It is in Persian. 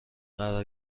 قرار